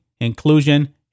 inclusion